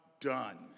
done